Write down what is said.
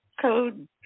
code